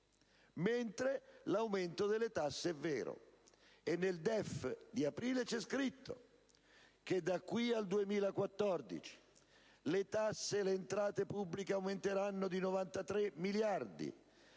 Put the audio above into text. mentre l'aumento delle tasse è vero nel senso che nel DEF di aprile c'è scritto che da qui al 2014 le tasse e le entrate pubbliche aumenteranno di 93 miliardi.